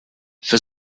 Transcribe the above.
für